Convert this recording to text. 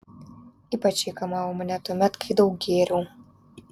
ypač ji kamavo mane tuomet kai daug gėriau